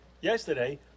yesterday